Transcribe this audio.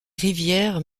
rivières